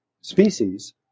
species